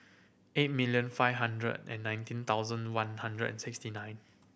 eight million five hundred and nineteen thousand one hundred and sixty nine